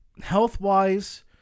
health-wise